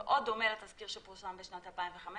הוא מאוד דומה לתזכיר שפורסם בשנת 2015,